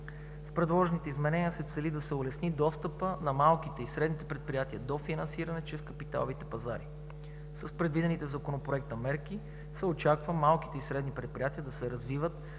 С предложените изменения се цели да се улесни достъпът на малките и средните предприятия до финансиране чрез капиталовите пазари. С предвидените в Законопроекта мерки се очаква малките и средните предприятия да се развиват,